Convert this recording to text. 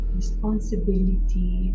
responsibility